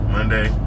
Monday